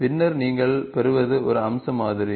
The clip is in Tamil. பின்னர் நீங்கள் பெறுவது ஒரு அம்ச மாதிரி